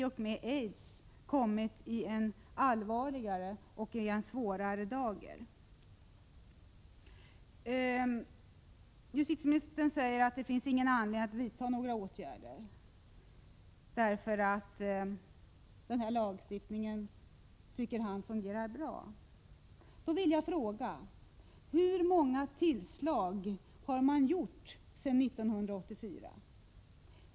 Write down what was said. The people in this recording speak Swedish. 1986/87:33 i och med aids kommit i ett allvarligare läge. 21 november 1986 Justitieministern säger att det inte finns någon anledning att vidta några = aa åtgärder, eftersom han anser att lagstiftningen fungerar bra. Då vill jag fråga: Hur många tillslag har man gjort sedan 1984?